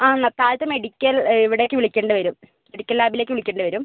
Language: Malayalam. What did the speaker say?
ആ എന്നാൽ താഴത്ത് മെഡിക്കൽ ഇവിടേക്ക് വിളിക്കേണ്ട വെരും മെഡിക്കൽ ലാബിലേക്ക് വിളിക്കേണ്ട വരും